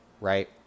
Right